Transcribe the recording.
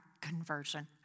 conversion